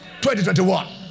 2021